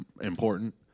important